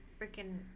freaking